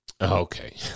Okay